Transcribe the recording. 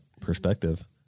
perspective